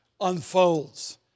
unfolds